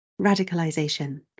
Radicalization